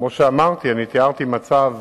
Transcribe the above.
כמו שאמרתי, תיארתי מצב